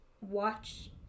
watch